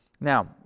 Now